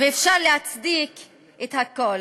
ואפשר להצדיק הכול.